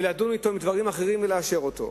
ולדון אתו בדברים אחרים ולאשר אותו.